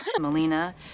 Melina